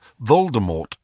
Voldemort